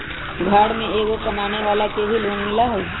घर में एगो कमानेवाला के भी लोन मिलहई?